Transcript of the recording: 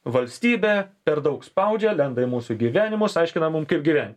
valstybė per daug spaudžia lenda į mūsų gyvenimus aiškina mum kaip gyvent